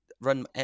Run